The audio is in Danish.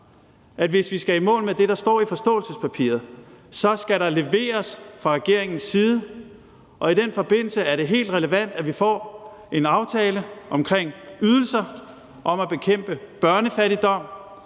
at hvis vi skal i mål med det, der står i forståelsespapiret, skal der fra regeringens side leveres. Ii den forbindelse er det helt relevant, at vi i de igangværende ydelsesforhandlinger får en aftale om